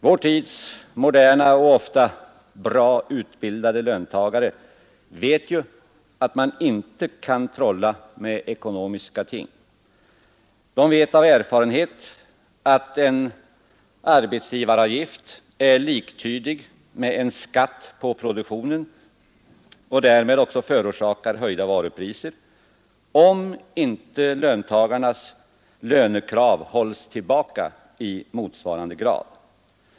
Vår tids moderna och ofta väl utbildade löntagare vet att man inte kan trolla med ekonomiska ting. De vet av erfarenhet att en arbetsgivaravgift är liktydig med en skatt på produktionen och därmed också förorsakar höjda varupriser, om inte löntagarnas lönekrav hålls tillbaka i motsvarande grad.